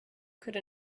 could